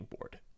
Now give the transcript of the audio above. board